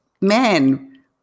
man